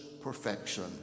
perfection